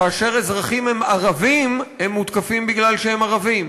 כאשר אזרחים הם ערבים הם מותקפים כי הם ערבים.